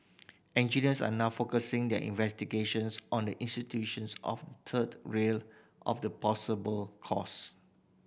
engineers are now focusing their investigations on the of third rail of the possible cause